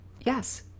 Yes